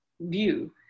view